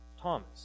Thomas